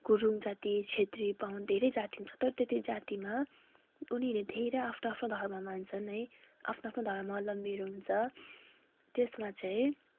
गुरुङ जाति क्षेत्री बाहुन धेरै जाति हुन्छ तर त्यो जातिमा उनीहरूले धेरै आफ्नो आफ्नो धर्म मान्छन् है आफ्नो आफ्नो धर्मावलम्बीहरू हुन्छ त्यसमा चाहिँ